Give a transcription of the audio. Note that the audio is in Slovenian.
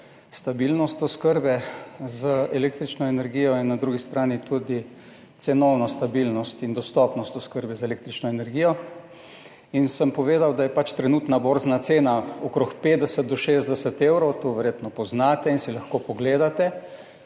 stabilnost oskrbe z električno energijo in na drugi strani tudi cenovno stabilnost in dostopnost oskrbe z električno energijo. Povedal sem, da je pač trenutna borzna cena okrog 50 do 60 evrov, to verjetno poznate in si lahko pogledate.